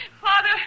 Father